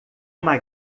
uma